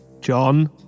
John